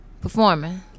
Performing